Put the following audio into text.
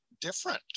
different